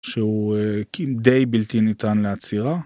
שהוא די בלתי ניתן לעצירה